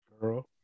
Girl